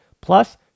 Plus